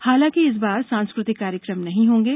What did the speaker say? हालांकि इस बार सांस्कृतिक कार्यक्रम नहीं होंगे